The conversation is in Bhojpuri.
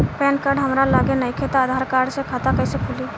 पैन कार्ड हमरा लगे नईखे त आधार कार्ड से खाता कैसे खुली?